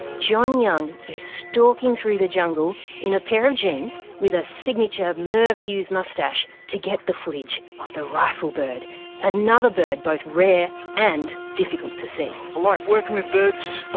john young is stalking through the jungle in a pair of jeans with a signature merv hughes moustache to get the footage of the rifle bird another bird both rare and difficult to see. i like working with birds,